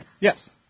Yes